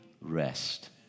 rest